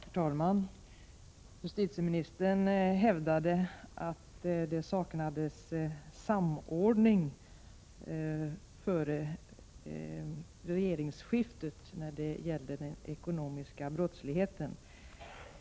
Herr talman! Justitieministern hävdade att det när det gällde den ekonomiska brottsligheten saknades samordning före regeringsskiftet.